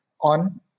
on